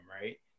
right